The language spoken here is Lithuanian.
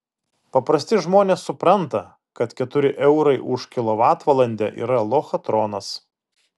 paprasti žmonės supranta kad keturi eurai už kilovatvalandę yra lochatronas